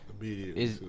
Immediately